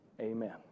Amen